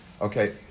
Okay